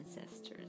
ancestors